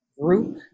group